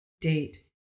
date